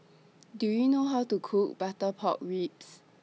Do YOU know How to Cook Butter Pork Ribs